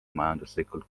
majanduslikult